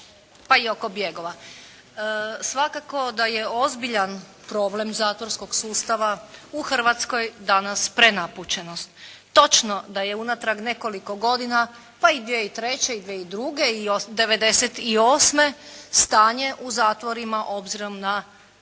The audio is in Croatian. pa i oko bjegova. Svakako da je ozbiljan problem zatvorskog sustava u Hrvatskoj danas prenapučenost. Točno je da je unatrag nekoliko godina pa i 2003., i 2002. i 1998. stanje u zatvorima obzirom na